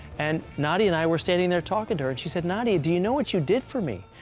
and nadia and i were standing there talking to her and she said, nadia, do you know what you did for me?